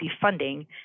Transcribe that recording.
funding